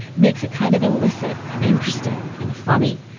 makes it kind of illicit and interesting and funny.